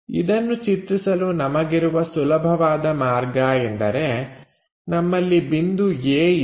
ಇದನ್ನು ಚಿತ್ರಿಸಲು ನಮಗಿರುವ ಸುಲಭವಾದ ಮಾರ್ಗ ಎಂದರೆ ನಮ್ಮಲ್ಲಿ ಬಿಂದು A ಇದೆ